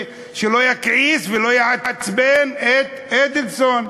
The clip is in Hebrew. שלא יכעיס ולא יעצבן את אדלסון,